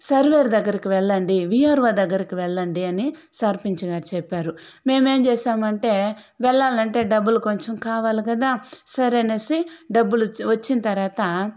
surveyor దగ్గరికి వెళ్ళండి VRO దగ్గరికి వెళ్ళండి అని సర్పంచ్ గారు చెప్పారు మేమేం చేశామంటే వెళ్లాలంటే డబ్బులు కొంచెం కావాలి కదా సరే అనేసి డబ్బులు వచ్చిన తర్వాత